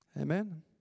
Amen